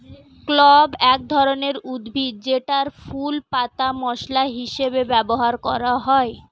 clove এক ধরনের উদ্ভিদ যেটার ফুল, পাতা মসলা হিসেবে ব্যবহার করা হয়